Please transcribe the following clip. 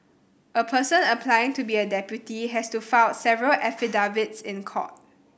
a person applying to be a deputy has to file several affidavits in court